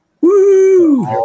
Woo